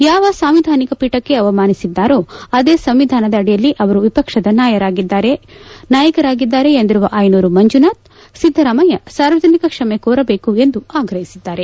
ಯಾವ ಸಾಂವಿಧಾನಿಕ ಪೀಠಕ್ಕೆ ಅವಮಾನಿಸಿದ್ದಾರೋ ಅದೇ ಸಂವಿಧಾನದಡಿಯಲ್ಲಿ ಅವರು ವಿಪಕ್ಷದ ನಾಯಕರಾಗಿದ್ದಾರೆ ಎಂದಿರುವ ಅಯನೂರು ಮಂಜುನಾಥ್ ಸಿದ್ದರಾಮಯ್ಯ ಸಾರ್ವಜನಿಕ ಕ್ಷಮೆ ಕೋರಬೇಕು ಎಂದು ಆಗ್ರಹಿಸಿದ್ದಾರೆ